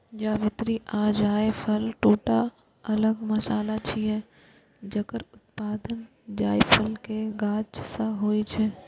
जावित्री आ जायफल, दूटा अलग मसाला छियै, जकर उत्पादन जायफल के गाछ सं होइ छै